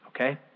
Okay